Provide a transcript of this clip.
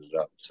up